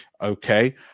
okay